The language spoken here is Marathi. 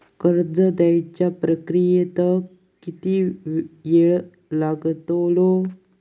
कर्ज देवच्या प्रक्रियेत किती येळ लागतलो?